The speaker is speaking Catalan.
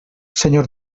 senyor